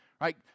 right